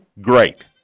great